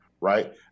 right